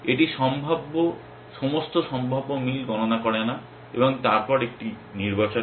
এটি সমস্ত সম্ভাব্য মিল গণনা করে না এবং তারপর একটি নির্বাচন করে